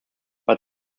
but